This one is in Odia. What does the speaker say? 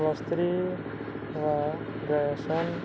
ପ୍ଲସ ଥ୍ରୀ ବା ଗ୍ରାଜୁଏସନ୍